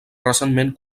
recentment